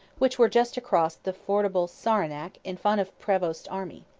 which were just across the fordable saranac in front of prevost's army.